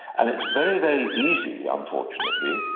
and it's very, very easy, unfortunately,